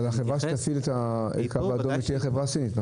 אבל החברה שתפעיל את הקו האדום תהיה חברה סינית,